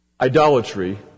Idolatry